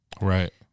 Right